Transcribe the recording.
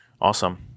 Awesome